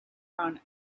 run